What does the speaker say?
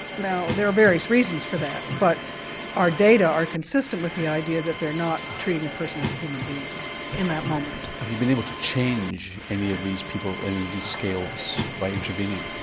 now there are various reasons for that, but our data are consistent with the idea that they're not treating the person as a human being in that moment. have you been able to change any of these people, any of these scales by intervening?